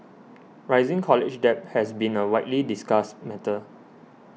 rising college debt has been a widely discussed matter